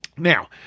Now